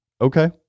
okay